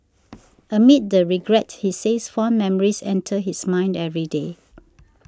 amid the regret he says fond memories enter his mind every day